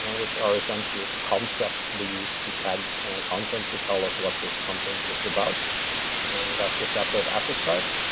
um which are essentially concepts we use to tag and content to tell us what this content is about and that's a separate at the type.